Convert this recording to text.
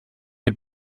had